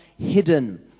hidden